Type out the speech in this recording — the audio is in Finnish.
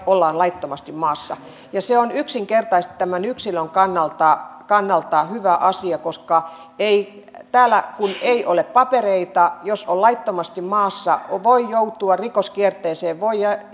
ollaan laittomasti maassa ja se on yksinkertaisesti tämän yksilön kannalta hyvä asia koska täällä kun ei ole papereita jos on laittomasti maassa voi joutua rikoskierteeseen voi